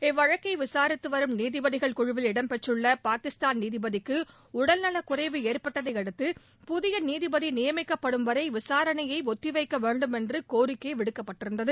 இவ்வழக்கை விசாரித்து வரும் நீதிபதிகள் குழுவில் இடம்பெற்றுள்ள பாகிஸ்தான் நீதிபதிக்கு உடல்நலக்குறைவு ஏற்பட்டதையடுத்து புதிய நீதிபதி நியமிக்கப்படும்வரை விசாரணையை ஒத்தி வைக்கவேண்டும் என்று கோரிக்கை விடுக்கப்பட்டிருந்தது